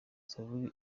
zaburi